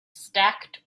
stacked